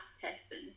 testing